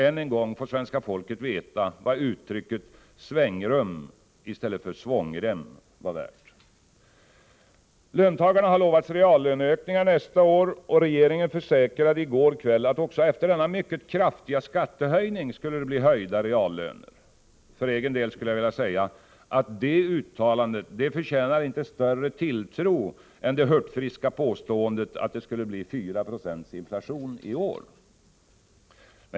Än en gång får svenska folket veta vad uttrycket ”svängrum i stället för svångrem” var värt. Löntagarna har lovats reallöneökningar nästa år, och regeringen försäkra de i går kväll att också efter denna mycket kraftiga skattehöjning skulle det bli höjda reallöner. För egen del skulle jag vilja säga att det uttalandet inte förtjänar större tilltro än det hurtfriska påståendet att inflationen skulle bli 4 Jo i år.